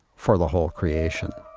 for the whole creation